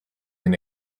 den